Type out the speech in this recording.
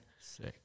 Sick